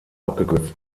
abgekürzt